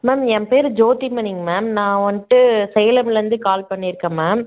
ma'am என் பேர் ஜோதிமணிங்க மேம் நான் வந்துட்டு சேலமிலேருந்து கால் பண்ணியிருக்கேன் மேம்